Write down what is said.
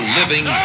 living